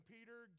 Peter